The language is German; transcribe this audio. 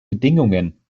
bedingungen